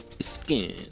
skin